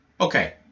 Okay